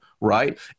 right